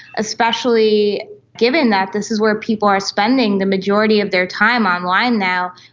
especially given that this is where people are spending the majority of their time online now.